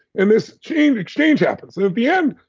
and this change exchange happens. in the end,